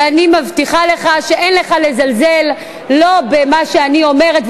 ואני מבטיחה לך שאין לך לזלזל לא במה שאני אומרת,